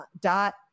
dot